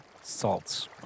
Salt's